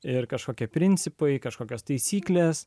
ir kažkokie principai kažkokias taisykles